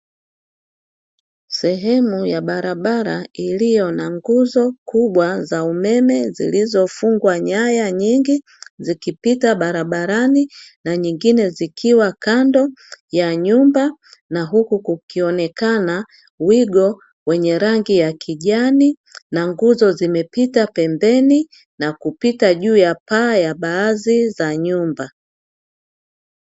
Sehemu ya barabara, iliyo na nguzo kubwa za umeme zilizofungwa nyaya nyingi zikipita barabarani, na nyingine zikiwa kando ya nyumba; na huku kukionekana wigo wenye rangi ya kijani, na nguzo zimepita pembeni na kupita juu ya paa ya baadhi za nyumba.